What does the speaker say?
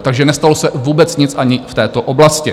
Takže nestalo se vůbec nic ani v této oblasti.